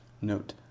NOTE